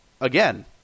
again